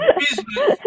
business